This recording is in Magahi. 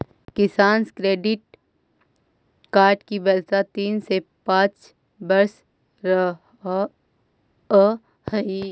किसान क्रेडिट कार्ड की वैधता तीन से पांच वर्ष रहअ हई